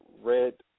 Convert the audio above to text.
Red